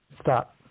Stop